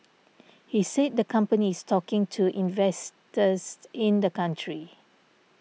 he said the company is talking to investors in the country